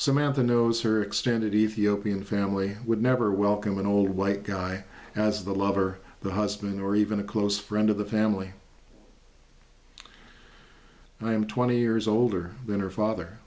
samantha knows her extended ethiopian family would never welcome an old white guy as the lover the husband or even a close friend of the family i am twenty years older than her father